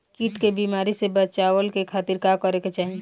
कीट के बीमारी से बचाव के खातिर का करे के चाही?